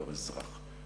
בתור אזרח.